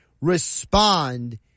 respond